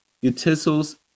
utensils